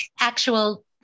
actual